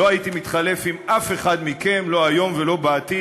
לא הייתי מתחלף עם אף אחד מכם, לא היום ולא בעתיד.